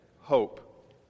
hope